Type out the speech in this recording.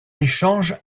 échange